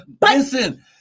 listen